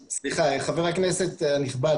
סליחה, חבר הכנסת הנכבד.